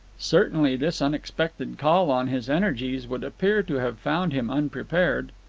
certainly this unexpected call on his energies would appear to have found him unprepared.